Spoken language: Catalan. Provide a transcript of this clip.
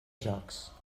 jocs